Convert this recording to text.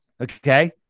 Okay